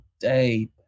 day